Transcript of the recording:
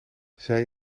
zij